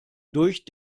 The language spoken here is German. durch